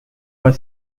were